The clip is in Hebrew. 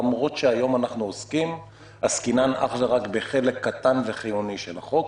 למרות שהיום אנחנו עוסקים אך ורק בחלק קטן וחיוני של החוק.